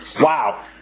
Wow